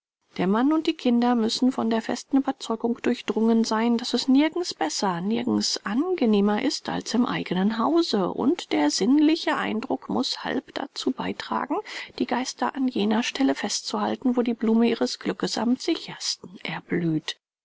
der mann und die kinder müssen von der festen ueberzeugung durchdrungen sein daß es nirgends besser nirgends angenehmer ist als im eigenen hause und der sinnliche eindruck muß halb dazu beitragen die geister an jener stelle festzuhalten wo die blume ihres glückes am sichersten erblüht